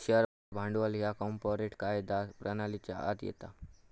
share भांडवल ह्या corporate कायदा प्रणालीच्या आत येता